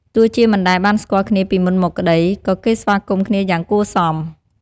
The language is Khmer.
ទោះជាមិនដែលបានស្គាល់គ្នាពីមុនមកក្ដី ក៏គេស្វាគមន៍គ្នាយ៉ាងគួរសម។